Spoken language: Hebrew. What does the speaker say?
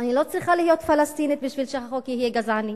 אני לא צריכה להיות פלסטינית בשביל שהחוק יהיה גזעני,